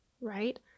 right